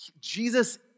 Jesus